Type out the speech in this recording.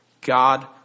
God